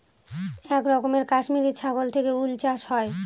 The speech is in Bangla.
এক রকমের কাশ্মিরী ছাগল থেকে উল চাষ হয়